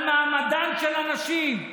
על מעמדן של הנשים,